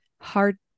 hard